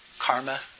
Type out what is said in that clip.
karma